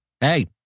Hey